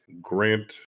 grant